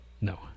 No